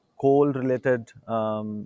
coal-related